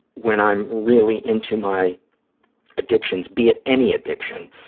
when i'm really into my addictions, be it any addiction,